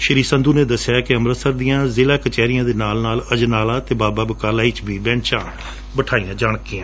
ਸ਼੍ਰੀ ਸੰਧੂ ਨੇ ਦੱਸਿਆ ਕਿ ਅੰਮੁਤਸਰ ਦੀਆਂ ਜਿਲਾ ਕਚਹਿਰੀਆਂ ਦੇ ਨਾਲ ਨਾਲ ਅਜਨਾਲਾ ਅਤੇ ਬਾਬਾ ਬਕਾਲਾ ਵਿਚ ਵੀ ਬੈੱਚਾਂ ਬਿਠਾਈਆਂ ਜਾਣਗੀਆਂ